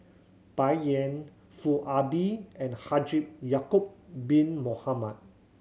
Bai Yan Foo Ah Bee and Haji Ya'acob Bin Mohamed